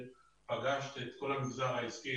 פגשת את כול המגזר העסקי,